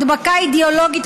הדבקה אידיאולוגית,